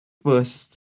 first